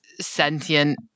sentient